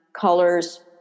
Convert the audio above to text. colors